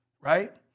Right